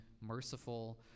merciful